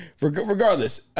regardless